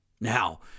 Now